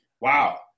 wow